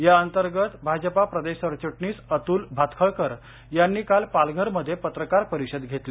या अंतर्गत भाजपा प्रदेश सरचिटणीस अतूल भातखळकर यांनी काल पालघरमध्ये पत्रकार परिषद घेतली